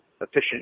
efficient